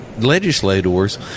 legislators